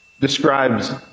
describes